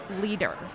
leader